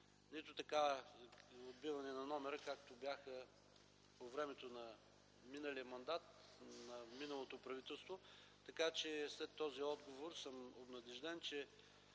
нито отбиване на номера, както бяха по времето на миналия мандат, на миналото правителство. След този отговор съм обнадежден, че